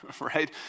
right